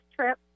trip